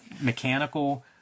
mechanical